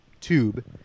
tube